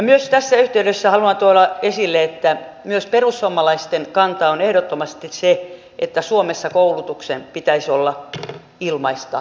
myös tässä yhteydessä haluan tuoda esille että myös perussuomalaisten kanta on ehdottomasti se että suomessa koulutuksen pitäisi olla ilmaista edelleenkin